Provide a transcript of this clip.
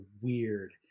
weird